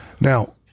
Now-